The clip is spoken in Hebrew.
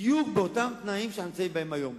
בדיוק באותם תנאים שאנחנו נמצאים היום.